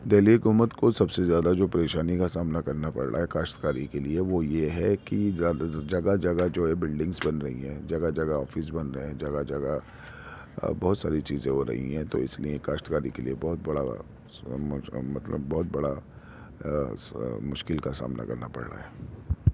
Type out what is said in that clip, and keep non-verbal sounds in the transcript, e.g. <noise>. دہلی حکومت کو سب سے زیادہ جو پریشانی کا سامنا کرنا پڑ رہا ہے کاشتکاری کے لیے وہ یہ ہے کہ جگہ جگہ جو ہے بلڈنگس بن رہی ہیں جگہ جگہ آفس بن رہے ہیں جگہ جگہ بہت ساری چیزیں ہو رہی ہیں تو اس لیے کاشتکاری کے لیے بہت بڑا <unintelligible> مطلب بہت بڑا مشکل کا سامنا کرنا پڑ رہا ہے